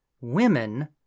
women